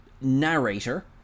narrator